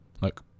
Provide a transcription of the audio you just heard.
Look